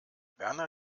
werner